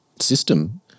system